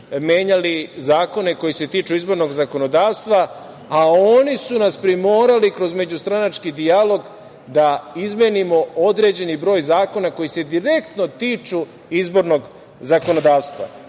menjali zakone koji se tiču izbornog zakonodavstva, a oni su nas primorali kroz međustranački dijalog da izmenimo određeni broj zakona koji se direktno tiču izbornog zakonodavstva. Govore